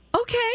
okay